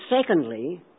secondly